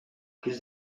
plus